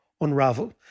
unravel